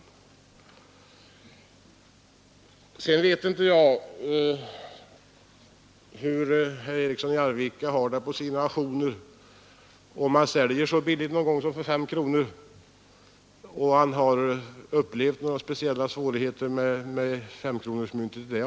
Slutligen vet jag inte om herr Eriksson i Arvika under sina auktioner någonsin säljer saker så billigt som för 5 kronor och om han då upplever några speciella svårigheter med femkronemyntet.